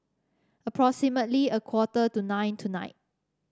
Approximately a quarter to nine tonight